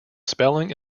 spelling